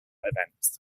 events